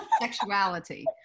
sexuality